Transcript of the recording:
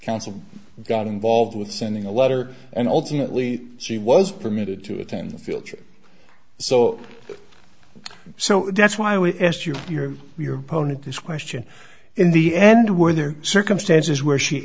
council got involved with sending a letter and ultimately she was permitted to attend a field trip so so that's why we asked you your your opponent this question in the end were there circumstances where she